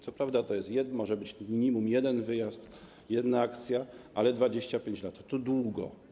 Co prawda może to być minimum jeden wyjazd, jedna akcja, ale 25 lat to długo.